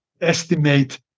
estimate